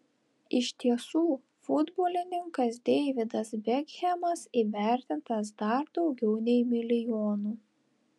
iš tiesų futbolininkas deividas bekhemas įvertintas dar daugiau nei milijonu